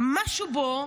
משהו בו